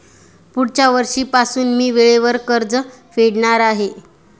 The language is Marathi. पुढच्या वर्षीपासून मी वेळेवर कर्ज फेडणार आहे